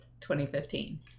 2015